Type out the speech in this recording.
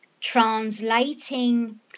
translating